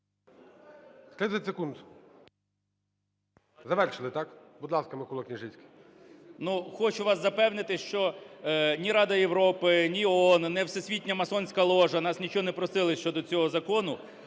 Хочу вас запевнити, що ні Рада Європи, ні ООН, ні "всесвітня масонська ложа" нас нічого не просили щодо цього закону.